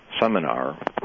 seminar